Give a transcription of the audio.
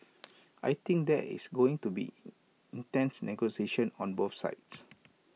I think there is going to be intense negotiations on both sides